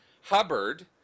Hubbard